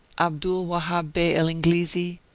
abdul-wahhab bey el inglizi,